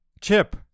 Chip